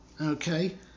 Okay